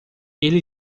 ele